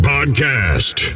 Podcast